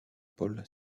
paul